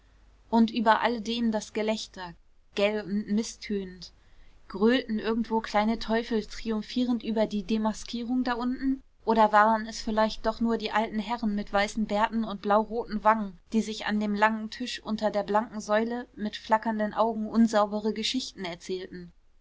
und über alledem das gelächter gell und mißtönend gröhlten irgendwo kleine teufel triumphierend über die demaskierung da unten oder waren es vielleicht doch nur die alten herren mit weißen bärten und blauroten wangen die sich an dem langen tisch unter der blanken säule mit flackernden augen unsaubere geschichten erzählten